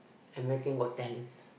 America's-Got-Talent